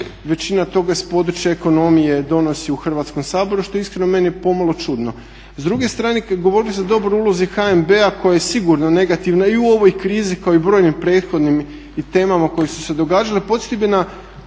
većina toga s područja ekonomije donosi u Hrvatskom saboru što iskreno meni je pomalo čudno. S druge strane govori se o dobroj ulozi HNB-a koja je sigurno negativna i u ovoj krizi kao i brojnim prethodnim i temama koje su se događale. Podsjetio